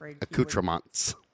accoutrements